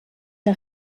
der